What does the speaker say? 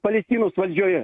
palestinos valdžioje